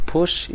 Push